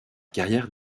carrière